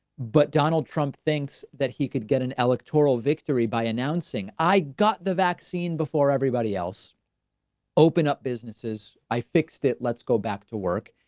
but donald trump thinks that he could get an electoral victory by announcing i got the vaccine before everybody else open up businesses. i fixed it. let's go back to work.